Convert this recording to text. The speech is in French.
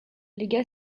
légua